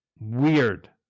Weird